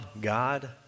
God